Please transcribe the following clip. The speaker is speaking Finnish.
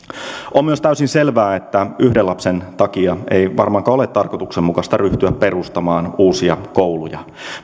on myös täysin selvää että yhden lapsen takia ei varmaankaan ole tarkoituksenmukaista ryhtyä perustamaan uusia kouluja